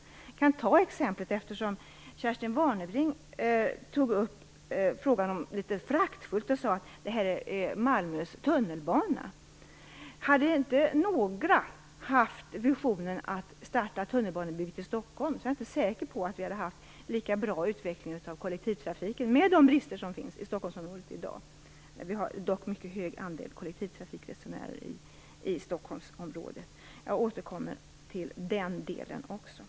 Jag kan ta exemplet med tunnelbanan, eftersom Kerstin Warnerbring ju litet föraktfullt sade att detta blir Malmös tunnelbana. Om inte några personer hade haft visionen att starta tunnelbanebygget i Stockholm är jag inte säker på att vi hade haft en lika bra utveckling av kollektivtrafiken som vi har i Stockholmsområdet i dag - trots de brister som finns. Där har vi en mycket hög andel kollektivtrafikresenärer. Jag återkommer till den delen senare.